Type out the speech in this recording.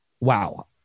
Wow